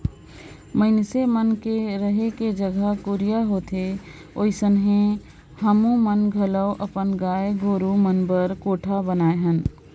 मइनसे मन के रहें के जघा कुरिया होथे ओइसने हमुमन घलो अपन गाय गोरु मन बर कोठा बनाये हन